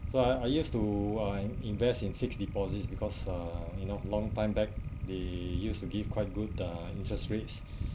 so I I used to uh invest in fixed deposit because uh you know long time back they used to give quite good uh interest rates